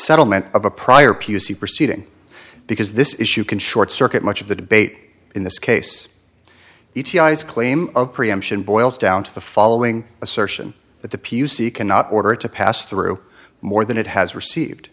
settlement of a prior p u c proceeding because this issue can short circuit much of the debate in this case e t i his claim of preemption boils down to the following assertion that the p c cannot order to pass through more than it has received